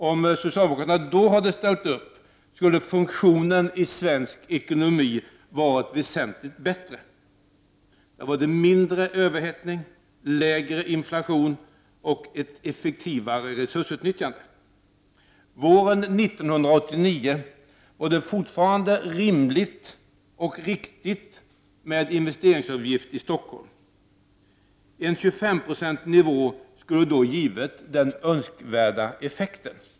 Om socialdemokraterna då hade ställt upp skulle funktionen i svensk ekonomi ha varit väsentligt bättre. Vi hade fått en mindre överhettning, lägre inflation och ett effektivare resursutnyttjande. Våren 1989 var det fortfarande rimligt och riktigt med investeringsavgift i Stockholm. En 25-procentig nivå skulle då ha givit den önskvärda effekten.